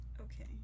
Okay